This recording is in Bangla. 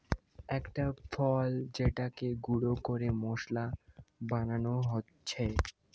একটা ফল যেটাকে গুঁড়ো করে মশলা বানানো হচ্ছে